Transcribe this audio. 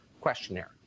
questionnaire